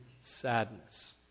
sadness